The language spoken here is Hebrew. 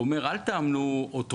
הוא אומר: אל תאמנו אוטומטי,